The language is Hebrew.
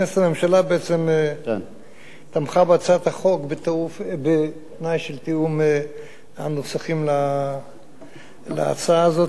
הממשלה בעצם תמכה בהצעת החוק בתנאי של תיאום הנוסחים להצעה הזאת.